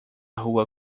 rua